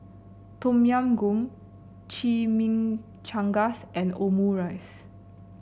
Tom Yam Goong Chimichangas and Omurice